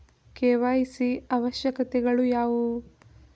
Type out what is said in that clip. KYC ಅವಶ್ಯಕತೆಗಳು ಯಾವುವು?